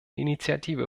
initiative